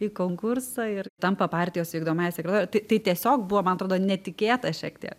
į konkursą ir tampa partijos vykdomąja sekretore tai tai tiesiog buvo man atrodo netikėta šiek tiek